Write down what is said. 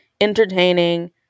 entertaining